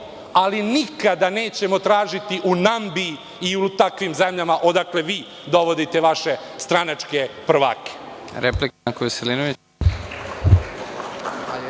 ali nikada nećemo tražiti u Nambiji i u takvim zemljama odakle vi dovodite vaše stranačke prvake.